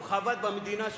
הוא חבט במדינה,